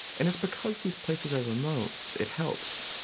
and it's because these places are remote, it helps.